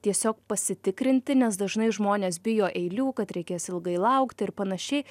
tiesiog pasitikrinti nes dažnai žmonės bijo eilių kad reikės ilgai laukti ir panašiai